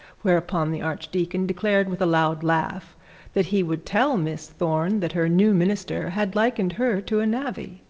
whereupon the archdeacon declared with a loud laugh that he would tell miss thorne that her new minister had likened her to a navvy.